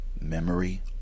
memory